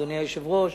אדוני היושב-ראש,